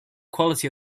quality